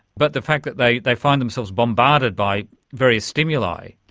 but the fact that they they find themselves bombarded by various stimuli.